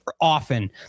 often